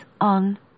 on